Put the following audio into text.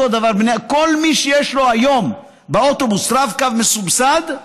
אותו דבר כל מי שיש לו היום באוטובוס רב-קו מסובסד,